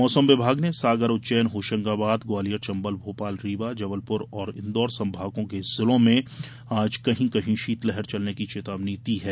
मौसम विभाग ने सागर उज्जैन होशंगाबाद ग्वालियर चंबल भोपाल रीवा जबलपुर और इंदौर संभागों के जिलों में कहीं कहीं शीतलहर चलने की चेतावनी दी है